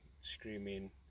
screaming